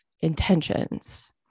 intentions